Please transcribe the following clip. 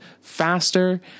faster